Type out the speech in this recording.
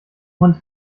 hund